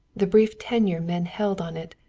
the brief tenure men held on it,